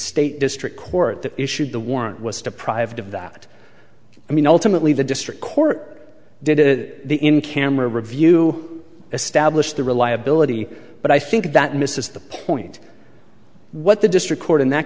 state district court that issued the warrant was deprived of that i mean ultimately the district court did in the in camera review establish the reliability but i think that misses the point what the district court in that